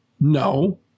No